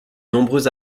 nombreux